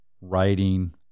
writing